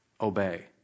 obey